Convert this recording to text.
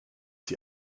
sie